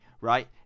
right